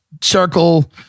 circle